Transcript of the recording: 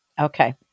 okay